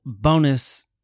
bonus